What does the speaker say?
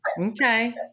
Okay